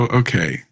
okay